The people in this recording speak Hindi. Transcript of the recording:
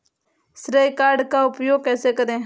श्रेय कार्ड का उपयोग कैसे करें?